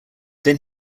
then